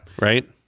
Right